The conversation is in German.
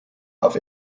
auf